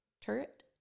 turret